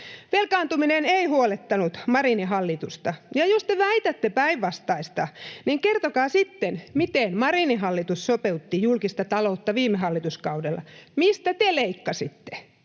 Velkaantuminen ei huolettanut Marinin hallitusta, ja jos te väitätte päinvastaista, niin kertokaa sitten, miten Marinin hallitus sopeutti julkista taloutta viime hallituskaudella. Mistä te leikkasitte?